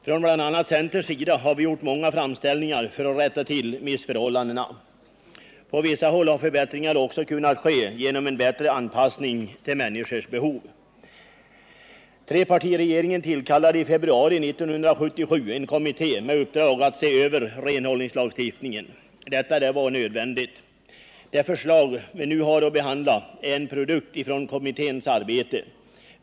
Från bl.a. centerns sida har vi gjort många framställningar för att rätta till missförhållandena. På vissa håll har förbättringar också kunnat ske genom en bättre anpassning till människors behov. Trepartiregeringen tillkallade i februari 1977 en kommitté med uppdrag att se över renhållningslagstiftningen. Detta var nödvändigt. Det förslag vi nu har att behandla är en produkt från kommitténs arbete.